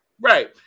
Right